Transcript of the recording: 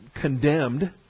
condemned